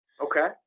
Okay